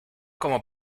como